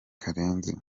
karenzi